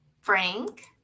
Frank